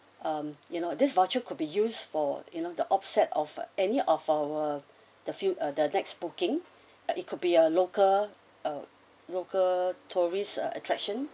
um you know this voucher could be used for you know the offset of any of our the field uh the next booking or it could be a local uh local tourist attraction